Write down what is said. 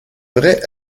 vraie